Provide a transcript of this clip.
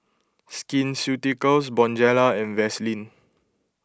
Skin Ceuticals Bonjela and Vaselin